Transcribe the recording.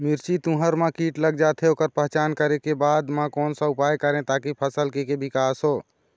मिर्ची, तुंहर मा कीट लग जाथे ओकर पहचान करें के बाद मा कोन सा उपाय करें ताकि फसल के के विकास हो?